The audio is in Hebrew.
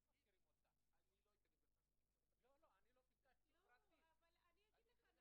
אני מתעסקת באיידס כבר ארבע שנים.